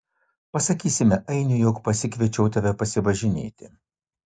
pasakysime ainui jog pasikviečiau tave pasivažinėti